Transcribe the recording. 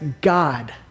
God